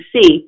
see